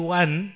one